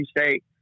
State